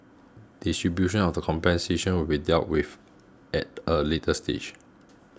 distribution of the compensation will be dealt with at a later stage